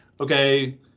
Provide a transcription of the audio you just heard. okay